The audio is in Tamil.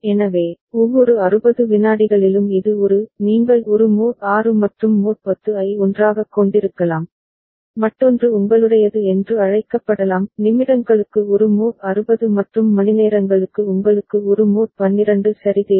எனவே ஒவ்வொரு 60 விநாடிகளிலும் இது ஒரு நீங்கள் ஒரு மோட் 6 மற்றும் மோட் 10 ஐ ஒன்றாகக் கொண்டிருக்கலாம் மற்றொன்று உங்களுடையது என்று அழைக்கப்படலாம் நிமிடங்களுக்கு ஒரு மோட் 60 மற்றும் மணிநேரங்களுக்கு உங்களுக்கு ஒரு மோட் 12 சரி தேவை